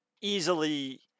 easily